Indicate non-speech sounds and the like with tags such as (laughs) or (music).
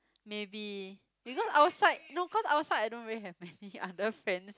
maybe because outside no cause outside I don't really have many (laughs) other friends